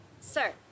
Sir